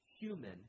human